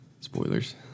Spoilers